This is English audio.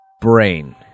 Brain